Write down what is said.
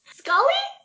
scully